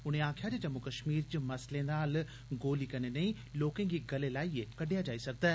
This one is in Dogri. उनें आक्खेआ जे जम्मू कश्मीर च मसलें दा हल्ल गोली कन्ने नेई लोकें गी गले लाइऐ कड्डेआ जाई सकदा ऐ